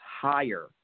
higher